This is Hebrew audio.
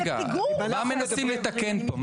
מה מנסים לתקן פה?